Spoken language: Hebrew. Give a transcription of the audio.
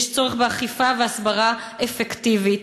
יש צורך באכיפה והסברה אפקטיביות.